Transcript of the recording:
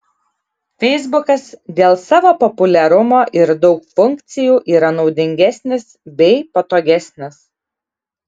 feisbukas dėl savo populiarumo ir daug funkcijų yra naudingesnis bei patogesnis